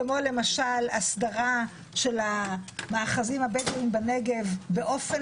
כמו למשל הסדרה של המאחזים הבדואיים בנגב באופן